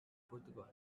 portugal